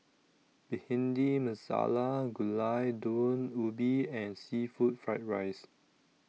Bhindi Masala Gulai Daun Ubi and Seafood Fried Rice